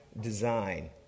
design